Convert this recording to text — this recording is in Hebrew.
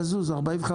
45